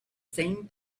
same